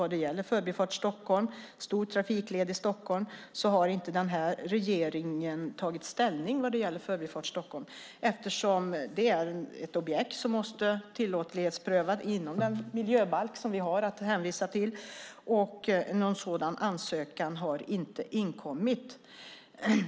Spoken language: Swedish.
Den här regeringen har inte tagit ställning vad gäller den stora trafikleden Förbifart Stockholm, eftersom det är ett objekt som måste tillåtlighetsprövas inom den miljöbalk som vi har att hänvisa till. Någon sådan ansökan har inte inkommit.